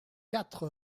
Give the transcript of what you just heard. quatre